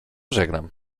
żegnam